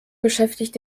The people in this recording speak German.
beschäftigt